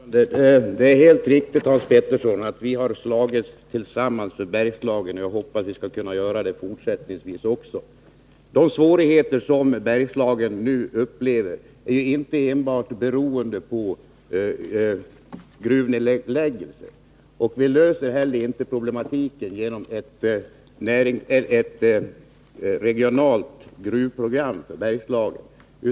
Herr talman! Det är helt riktigt, Hans Petersson i Hallstahammar, att vi har slagits tillsammans för Bergslagen, och jag hoppas att vi skall kunna göra det fortsättningsvis också. De svårigheter som Bergslagen nu upplever är inte enbart beroende av gruvnedläggelser. Och man löser inte heller problematiken genom ett regionalt gruvprogram för Bergslagen.